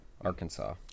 Arkansas